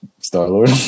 Star-Lord